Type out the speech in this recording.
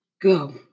Go